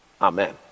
amen